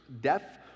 death